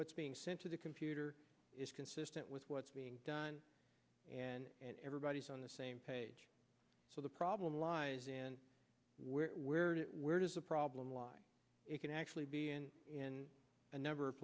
what's being sent to the computer is consistent with what's being done and everybody's on the same page so the problem lies in where where where does the problem lie it can actually be in in a number of